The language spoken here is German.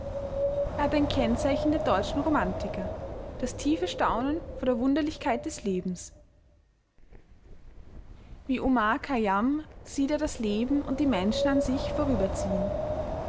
er hat ein kennzeichen der deutschen romantiker das tiefe staunen vor der wunderlichkeit des lebens wie omar khayjam sieht er das leben und die menschen an sich